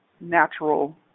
natural